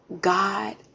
God